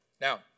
Now